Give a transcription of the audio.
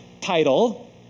title